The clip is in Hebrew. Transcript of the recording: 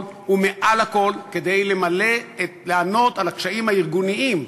ומעל הכול כדי לענות על הקשיים הארגוניים,